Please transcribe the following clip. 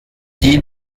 die